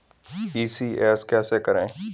ECS कैसे करें?